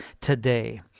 today